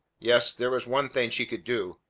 yes, there was one thing she could do.